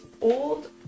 old